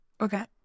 Okay